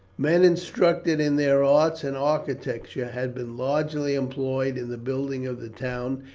men instructed in their arts and architecture had been largely employed in the building of the town,